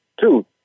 two